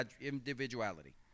individuality